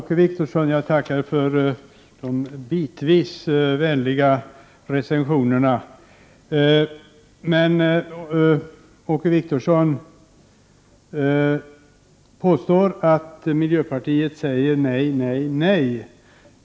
Herr talman! Jag tackar för de bitvis vänliga recensionerna, Åke Wictorsson. Men Åke Wictorsson påstår att miljöpartiet säger nej, nej, nej.